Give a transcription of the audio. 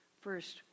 First